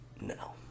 No